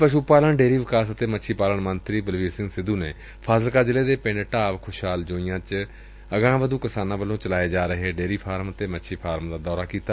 ਪਸ੍ਰ ਪਾਲਣ ਡੇਅਰੀ ਅਤੇ ਮੱਛੀ ਪਾਲਣ ਮੰਤਰੀ ਬਲਬੀਰ ਸਿੰਘ ਸਿੱਧੂ ਨੇ ਫਾਜ਼ਿਲਕਾ ਜ਼ਿਲ੍ਹੇ ਦੇ ਪਿੰਡ ਢਾਬ ਖੁਸ਼ਹਾਲ ਜੋਈਆਂ ਵਿਖੇ ਅਗਾਂਹਵਧੁ ਕਿਸਾਨਾਂ ਵੱਲੋਂ ਚਲਾਏ ਜਾ ਰਹੇ ਡੇਅਰੀ ਫਾਰਮ ਤੇ ਮੱਛੀ ਫਾਰਮ ਦਾ ਦੌਰਾ ਕੀਤਾ